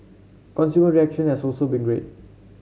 consumer reaction has also been great